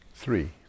three